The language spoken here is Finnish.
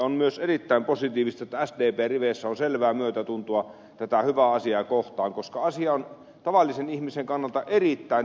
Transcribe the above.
on myös erittäin positiivista että sdpn riveissä on selvää myötätuntoa tätä hyvää asiaa kohtaan koska asia on tavallisen ihmisen kannalta erittäin tärkeä